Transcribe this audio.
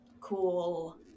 cool